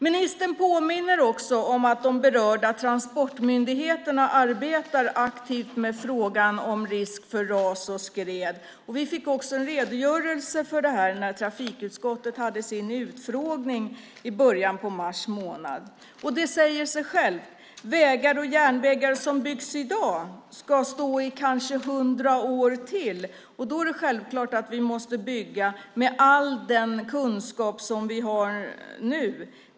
Ministern påminner om att de berörda transportmyndigheterna arbetar aktivt med frågan om risk för ras och skred. Vi fick också en redogörelse för det när trafikutskottet hade sin utfrågning i början av mars månad. Det säger sig självt: Vägar och järnvägar som byggs i dag ska finnas i kanske 100 år till. Det är självklart att vi måste bygga med all den kunskap som vi har nu.